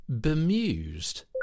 Bemused